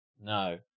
No